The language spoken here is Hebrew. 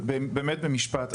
שבה אתה רואה שגם בצפון וגם בדרום,